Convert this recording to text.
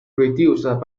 reduced